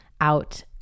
out